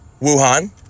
Wuhan